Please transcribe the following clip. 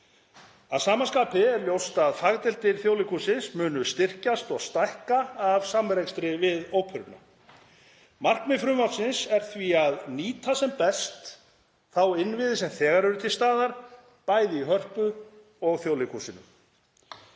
Að sama skapi er ljóst að fagdeildir Þjóðleikhússins munu styrkjast og stækka af samrekstri við óperuna. Markmið frumvarpsins er því að nýta sem best þá innviði sem þegar eru til staðar, bæði í Hörpu og Þjóðleikhúsinu.